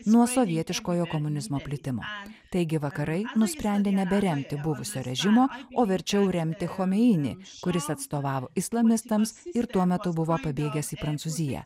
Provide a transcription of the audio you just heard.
nuo sovietiškojo komunizmo plitimo taigi vakarai nusprendė neberemti buvusio režimo o verčiau remti chomeini kuris atstovavo islamistams ir tuo metu buvo pabėgęs į prancūziją